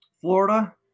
Florida